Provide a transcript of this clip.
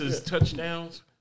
touchdowns